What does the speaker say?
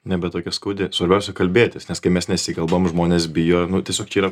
nebe tokia skaudi svarbiausia kalbėtis nes kai mes nesikalbam žmonės bijojo nu tiesiog čia yra